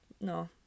no